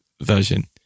version